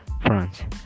France